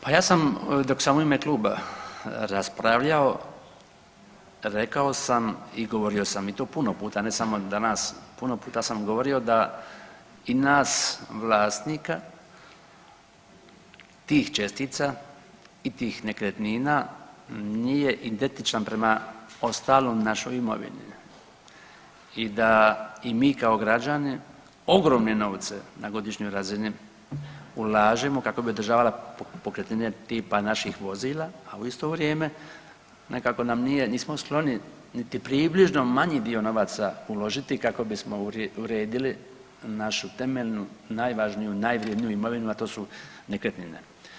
Pa ja sam dok sam u ime kluba raspravljao rekao sam i govorio sam i to puno puta ne samo danas, puno puta sam govorio da i nas vlasnika tih čestica i tih nekretnina nije identičan prema ostaloj našoj imovini i da i mi kao građani ogromne novce na godišnjoj razini ulažemo kako bi održavala pokretnine tipa naših vozila, a u isto vrijeme nekako nam nije, nismo skloni niti približno manji dio novaca uložiti kako bismo uredili našu temeljnu najvažniju i najvrjedniju imovinu, a to su nekretnine.